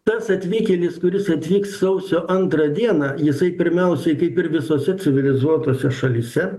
tas atvykėlis kuris atvyks sausio antrą dieną jisai pirmiausiai kaip ir visose civilizuotose šalyse